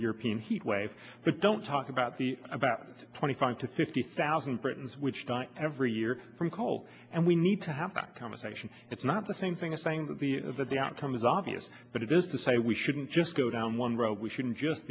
european heatwave but don't talk about the about twenty five to fifty thousand britons which die every year from coal and we need to have back conversation it's not the same thing as saying that the that the outcome is obvious but it is to say we shouldn't just go down one road we shouldn't just